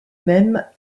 même